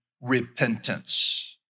repentance